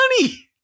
money